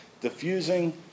diffusing